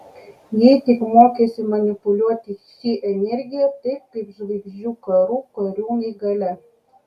jei tik mokėsi manipuliuoti chi energija taip kaip žvaigždžių karų kariūnai galia